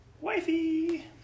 Wifey